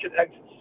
exit